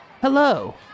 Hello